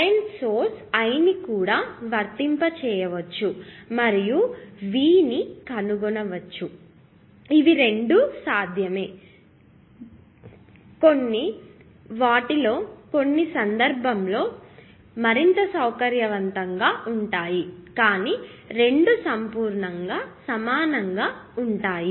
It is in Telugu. కరెంట్ సోర్స్ I ని కూడా వర్తింప చేయవచ్చు మరియు V ని కనుగొనవచ్చు ఇవి రెండూ సాధ్యమే కొన్ని వాటిలో కొన్ని సందర్భాల్లో మరింత సౌకర్యవంతంగా ఉంటాయి కానీ రెండు సంపూర్ణంగా సమానంగా ఉంటాయి